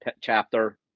chapter